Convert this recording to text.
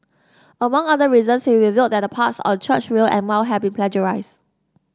among other reasons he revealed that the parts on Churchill and Mao had been plagiarised